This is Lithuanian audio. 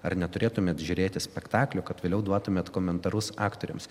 ar neturėtumėt žiūrėti spektaklio kad vėliau duotumėt komentarus aktoriams